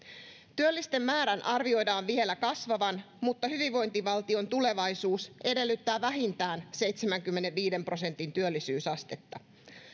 työllisten määrän arvioidaan vielä kasvavan mutta hyvinvointivaltion tulevaisuus edellyttää vähintään seitsemänkymmenenviiden prosentin työllisyysastetta